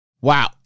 wow